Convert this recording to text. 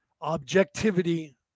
objectivity